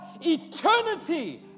eternity